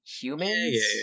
humans